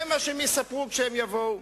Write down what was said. זה מה שהם יספרו כשהם יבואו.